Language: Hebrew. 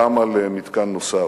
גם על מתקן נוסף.